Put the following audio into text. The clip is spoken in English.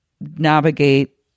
navigate